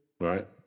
Right